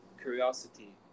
curiosity